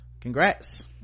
congrats